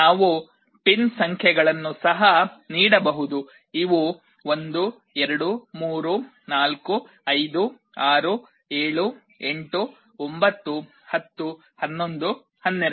ನಾವು ಪಿನ್ ಸಂಖ್ಯೆಗಳನ್ನು ಸಹ ನೀಡಬಹುದು ಇವು 1 2 3 4 5 6 7 8 9 10 11 12